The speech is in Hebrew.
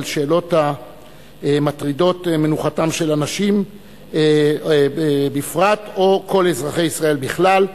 השאלות המטרידות את מנוחתם של אנשים בפרט או כל אזרחי ישראל בכלל.